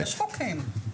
יש חוקים.